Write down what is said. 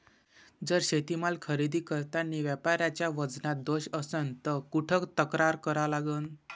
जर शेतीमाल खरेदी करतांनी व्यापाऱ्याच्या वजनात दोष असन त कुठ तक्रार करा लागन?